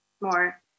more